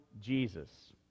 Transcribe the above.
Jesus